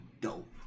dope